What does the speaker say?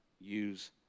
use